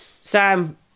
Sam